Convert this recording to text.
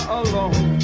alone